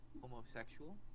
homosexual